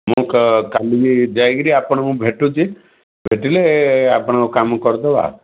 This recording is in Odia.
ମୁଁ କ କାଲି ଯାଇକିରି ଆପଣଙ୍କୁ ଭେଟୁଛି ଭେଟିଲେ ଆପଣ କାମ କରିଦବା ଆଉ